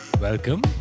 welcome